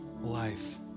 life